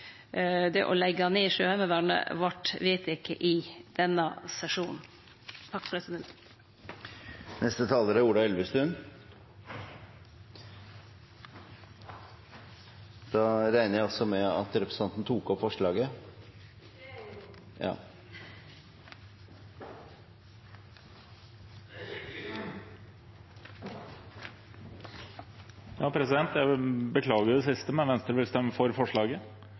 det å leggje ned Sjøheimevernet vart vedteke i denne sesjonen. Representanten Liv Signe Navarsete har tatt opp det forslaget hun refererte. Jeg vil beklage det siste, men Venstre vil stemme for forslaget.